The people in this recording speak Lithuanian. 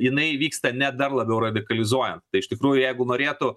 jinai vyksta ne dar labiau radikalizuojant tai iš tikrųjų jeigu norėtų